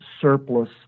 surplus